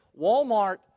Walmart